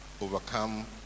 overcome